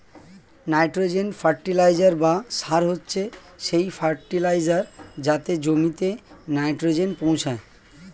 nitrogen fertiliser বা সার হচ্ছে সেই ফার্টিলাইজার যাতে জমিতে নাইট্রোজেন পৌঁছায়